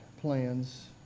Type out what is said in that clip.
plans